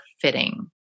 fitting